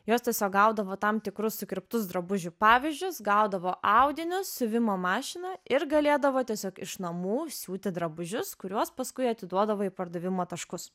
jos tiesiog gaudavo tam tikrus sukirptus drabužių pavyzdžius gaudavo audinius siuvimo mašiną ir galėdavo tiesiog iš namų siūti drabužius kuriuos paskui atiduodavo į pardavimo taškus